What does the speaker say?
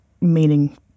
meaning